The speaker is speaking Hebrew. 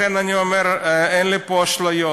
ולכן אני אומר, אין לי פה אשליות.